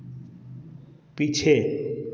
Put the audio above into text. पीछे